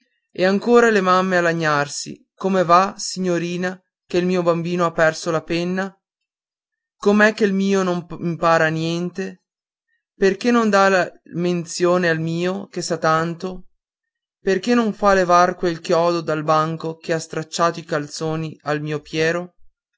ancora vengono le mamme a lagnarsi come va signorina che il mio bambino ha perso la penna com'è che il mio non impara niente perché non dà la menzione al mio che sa tanto perché non fa levar quel chiodo dal banco che ha stracciato i calzoni al mio piero